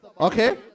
okay